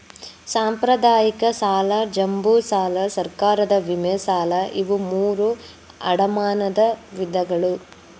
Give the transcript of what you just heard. ಸಾಂಪ್ರದಾಯಿಕ ಸಾಲ ಜಂಬೂ ಸಾಲಾ ಸರ್ಕಾರದ ವಿಮೆ ಸಾಲಾ ಇವು ಮೂರೂ ಅಡಮಾನದ ವಿಧಗಳು